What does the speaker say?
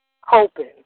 hoping